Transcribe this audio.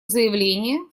заявление